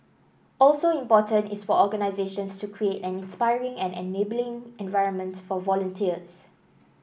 also important is for organisations to create an inspiring and enabling environment for volunteers